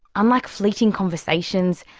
unlike fleeting conversations,